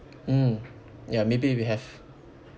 mm ya maybe we have